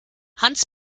hans